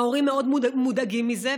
ההורים מאוד מודאגים מזה,